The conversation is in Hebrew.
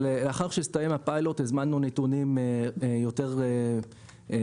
אבל לאחר שהסתיים הפיילוט הזמנו נתונים יותר היקפיים,